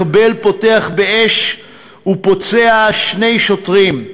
מחבל פתח באש ופצע שני שוטרים,